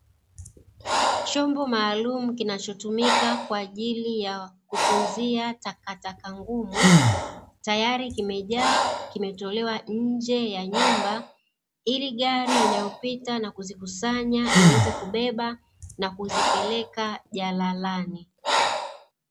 Chombo maalumu kinachotumika kwa ajili ya kutunzia takataka ngumu tayari kimejaa, kimetolewa nje ya nyumba ili gari inayopita na kuzikusanya iweze kubeba na kuzipeleka jalalani.